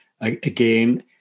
again